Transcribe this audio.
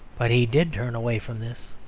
but he did turn away from this,